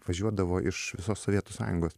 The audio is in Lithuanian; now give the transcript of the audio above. važiuodavo iš visos sovietų sąjungos